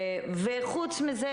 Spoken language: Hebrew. וחוץ מזה,